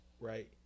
Right